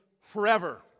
forever